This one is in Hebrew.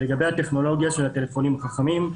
לגבי הטכנולוגיה של הטלפונים החכמים,